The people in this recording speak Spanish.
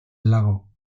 lago